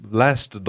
last